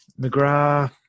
McGrath